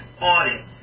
audit